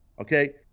okay